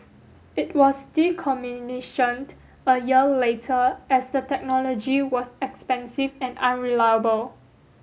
it was decommissioned a year later as the technology was expensive and unreliable